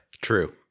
True